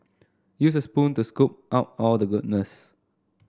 use a spoon to scoop out all the goodness